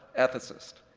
ethicist,